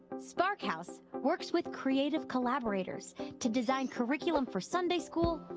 sparkhouse works with creative collaborators to design curriculum for sunday school,